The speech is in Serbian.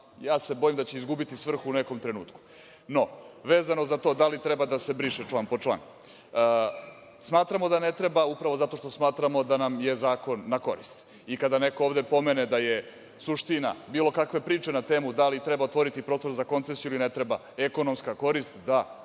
bojim da će izgubiti svrhu u nekom trenutku.No, vezano za to da li treba da se briše član po član. Smatramo da ne treba upravo zato što smatramo da nam je zakon na korist i kada neko ovde pomene da je suština bilo kakva priča na temu da li treba otvoriti ….za koncesiju ili ne treba? Ekonomska korist, da,